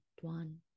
one